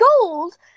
gold